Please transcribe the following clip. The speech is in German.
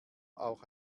auch